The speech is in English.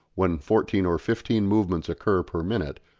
when fourteen or fifteen movements occur per minute,